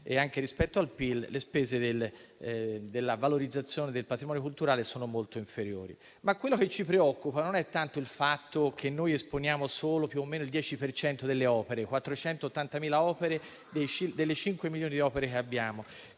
e anche rispetto al PIL, le spese per la valorizzazione del patrimonio culturale sono molto inferiori. Quello che ci preoccupa, però, non è tanto il fatto che noi esponiamo solo più o meno il 10 per cento delle opere (480.000 dei cinque milioni di opere che abbiamo),